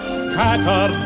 scatter